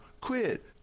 quit